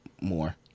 more